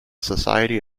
society